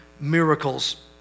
miracles